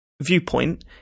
viewpoint